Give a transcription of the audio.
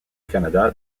canada